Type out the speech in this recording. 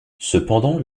cependant